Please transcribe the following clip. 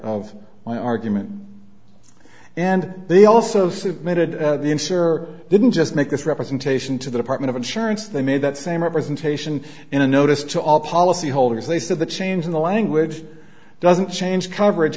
of my argument and they also submitted the answer didn't just make this representation to the department of insurance they made that same representation in a notice to all policyholders they said the change in the language doesn't change coverage